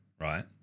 Right